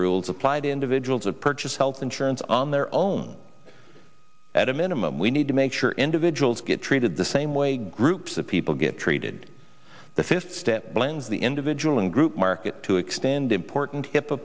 rules apply to individuals of purchase health insurance on their own at a minimum we need to make sure individuals get treated the same way groups of people get treated the fist step plans the individual and group mark to expand important